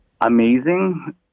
Amazing